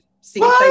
see